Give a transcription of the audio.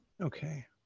okay